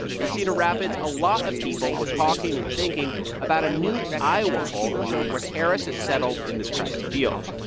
in cedar rapids, a lot of people were talking and thinking about a new iowa poll that showed where harris has settled in this crowded field.